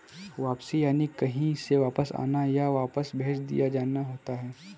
वापसी यानि कहीं से वापस आना, या वापस भेज दिया जाना होता है